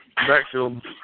Backfield